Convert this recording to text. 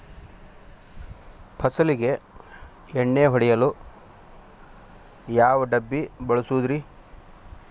ಫಸಲಿಗೆ ಎಣ್ಣೆ ಹೊಡೆಯಲು ಯಾವ ಡಬ್ಬಿ ಬಳಸುವುದರಿ?